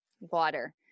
Water